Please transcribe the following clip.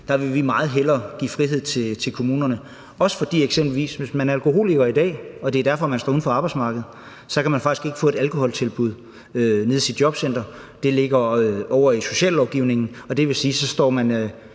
Der vil vi meget hellere give frihed til kommunerne. Hvis man eksempelvis er alkoholiker i dag og derfor står uden for arbejdsmarkedet, kan man faktisk ikke få et afvænningstilbud i sit jobcenter, fordi det ligger ovre i sociallovgivningen. Det vil sige, at det